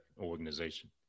organization